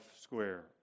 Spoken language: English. square